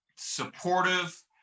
supportive